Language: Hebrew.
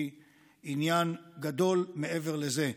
היא עניין גדול מעבר לזה.